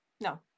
no